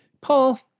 Paul